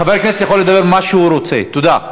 חבר הכנסת יכול לדבר מה שהוא רוצה, תודה.